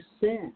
sin